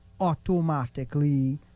automatically